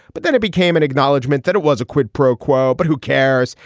but then it became an acknowledgment that it was a quid pro quo. but who cares.